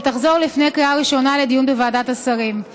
ותחזור לפני קריאה ראשונה לדיון בוועדת השרים.